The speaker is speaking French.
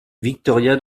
victoria